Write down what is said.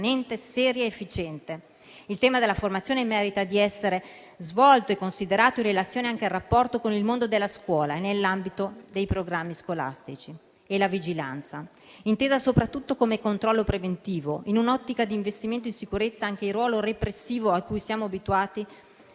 Grazie a tutti